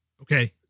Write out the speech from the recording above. Okay